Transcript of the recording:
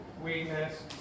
Weakness